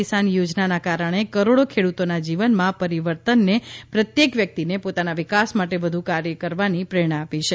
કિસાન યોજનાના કારણે કરોડો ખેડૂતોના જીવનમાં પરિવર્તને પ્રત્યેક વ્યક્તિને પોતાના વિકાસ માટે વધુ કાર્ય કરવાની પ્રેરણા આપી છે